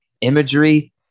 imagery